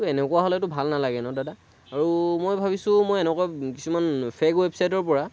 তো এনেকুৱা হ'লেতো ভাল নেলাগে ন' দাদা আৰু মই ভাবিছোঁ মই এনেকুৱা কিছুমান ফেক ৱেবছাইটৰ পৰা